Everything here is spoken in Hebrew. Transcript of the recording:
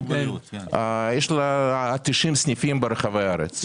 יש לה 90 סניפים ברחבי הארץ.